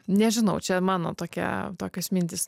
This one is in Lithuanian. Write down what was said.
nežinau čia mano tokia tokios mintys